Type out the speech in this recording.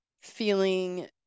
feeling